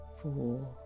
four